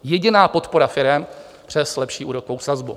Jediná podpora firem přes lepší úrokovou sazbu.